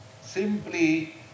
simply